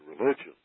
religion